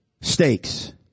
stakes